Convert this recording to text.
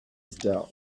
style